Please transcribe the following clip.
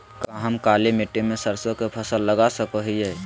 का हम काली मिट्टी में सरसों के फसल लगा सको हीयय?